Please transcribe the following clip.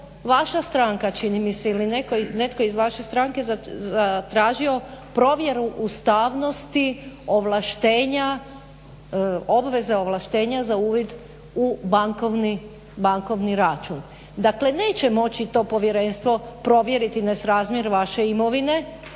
vaša stranka čini mi se ili netko iz vaše stranke zatražio provjeru ustavnosti obveze ovlaštenja za uvid u bankovni račun. Dakle neće moći to povjerenstvo provjeriti nesrazmjer vaše imovine